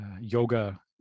yoga